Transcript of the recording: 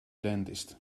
dentist